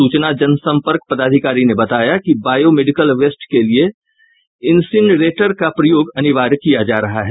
सूचना जनसंपर्क पदाधिकारी ने बताया कि बायो मेडिकल वेस्ट के लिए इंसिनरेटर का प्रयोग अनिवार्य किया जा रहा है